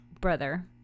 brother